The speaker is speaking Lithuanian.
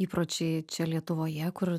įpročiai čia lietuvoje kur